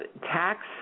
tax